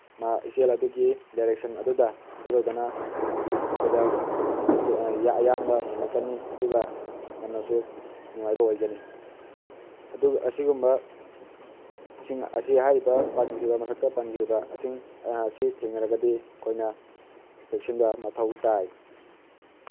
ꯏꯆꯦꯜ ꯑꯗꯨꯒꯤ ꯗꯥꯏꯔꯦꯛꯁꯟ ꯑꯗꯨꯗ ꯏꯔꯣꯏꯕꯅ ꯑꯩꯈꯣꯏꯗ ꯑꯌꯥꯡꯕ ꯍꯦꯡꯒꯠꯀꯅꯤ ꯑꯗꯨꯒ ꯌꯥꯝꯅꯁꯨ ꯅꯨꯡꯉꯥꯏꯕ ꯑꯣꯏꯒꯅꯤ ꯑꯗꯨ ꯑꯁꯤꯒꯨꯝꯕ ꯁꯤꯡ ꯑꯁꯤ ꯍꯥꯏꯔꯤꯕ ꯄꯟꯈ꯭ꯔꯤꯕ ꯃꯊꯛꯇ ꯄꯟꯈ꯭ꯔꯤꯕ ꯑꯁꯤꯡ ꯑꯁꯤ ꯊꯦꯡꯅꯔꯒꯗꯤ ꯑꯩꯈꯣꯏꯅ ꯆꯦꯛꯁꯤꯟꯕ ꯃꯊꯧ ꯇꯥꯏ